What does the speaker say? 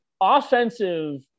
offensive